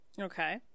Okay